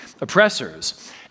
oppressors